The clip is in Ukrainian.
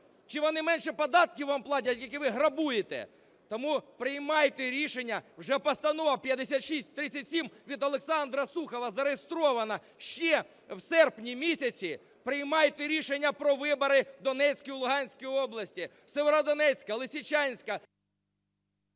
Чи вони менше податків вам платять, які ви грабуєте? Тому приймайте рішення, вже Постанова 5637 від Олександра Сухова зареєстрована ще в серпні місяці. Приймайте рішення про вибори в Донецькій і Луганській областях – Сєвєродонецька, Лисичанська…